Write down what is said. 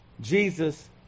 Jesus